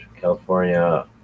California